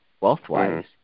wealth-wise